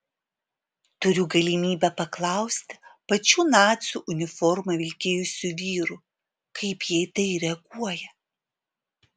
turiu galimybę paklausti pačių nacių uniformą vilkėjusių vyrų kaip jie į tai reaguoja